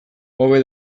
hobe